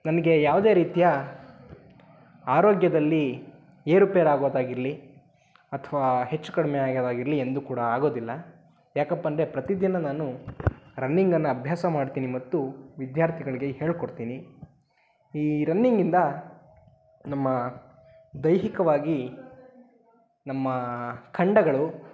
ನನಗೆ ಯಾವುದೇ ರೀತಿಯ ಆರೋಗ್ಯದಲ್ಲಿ ಏರುಪೇರು ಆಗೋದಾಗಿರಲಿ ಅಥವಾ ಹೆಚ್ಚು ಕಡಿಮೆ ಆಗೊದಾಗಿರಲಿ ಎಂದು ಕೂಡ ಆಗೋದಿಲ್ಲ ಯಾಕಪ್ಪಾಂದ್ರೆ ಪ್ರತಿ ದಿನ ನಾನು ರನ್ನಿಂಗನ್ನು ಅಭ್ಯಾಸ ಮಾಡ್ತೀನಿ ಮತ್ತು ವಿದ್ಯಾರ್ಥಿಗಳಿಗೆ ಹೇಳ್ಕೊಡ್ತೀನಿ ಈ ರನ್ನಿಂಗಿಂದ ನಮ್ಮ ದೈಹಿಕವಾಗಿ ನಮ್ಮ ಖಂಡಗಳು